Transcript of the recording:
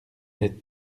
les